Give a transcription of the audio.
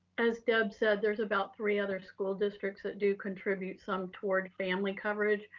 as deb said, there's about three other school districts that do contribute some toward family coverage,